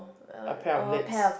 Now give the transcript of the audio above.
a pair of lips